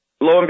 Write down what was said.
lo